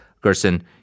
Gerson